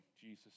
Jesus